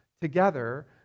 together